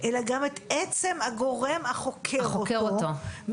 אלא גם את עצם הגורם החוקר אותו,